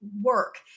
work